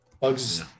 Bugs